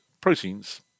proteins